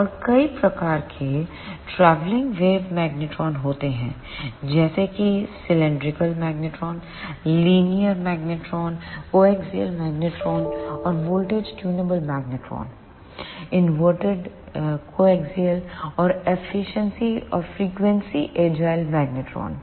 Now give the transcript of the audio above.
और कई प्रकार के ट्रैवलिंग वेव मैग्नेट्रॉन होते हैं जैसे कि cylindrical magnetron linear magnetron coaxial magnetron और voltage tunable magnetron inverted magnetron और फ्रीक्वेंसी एजाइल मैग्नेट्रॉन